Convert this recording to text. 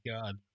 God